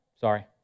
Sorry